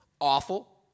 Awful